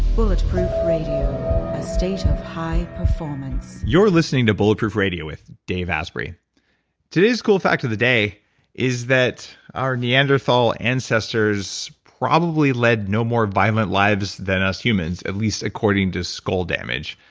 bulletproof radio. a state of high performance you're listening to bulletproof radio with dave asprey today's cool fact of the day is that our neanderthal ancestors probably led no more violent lives than us humans, at least according to skull damage.